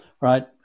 right